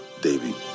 Davy